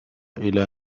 إلى